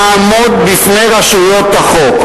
יעמוד בפני רשויות החוק,